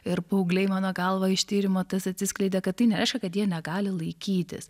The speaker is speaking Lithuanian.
ir paaugliai mano galva iš tyrimo tas atsiskleidė kad tai nereiškia kad jie negali laikytis